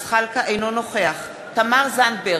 אינו נוכח תמר זנדברג,